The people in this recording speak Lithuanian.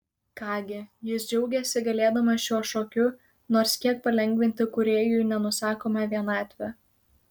ką gi jis džiaugėsi galėdamas šiuo šokiu nors kiek palengvinti kūrėjui nenusakomą vienatvę